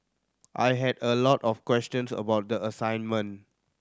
I had a lot of questions about the assignment